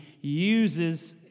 uses